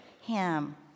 him